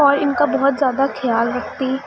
اور ان کا بہت زیادہ خیال رکھتی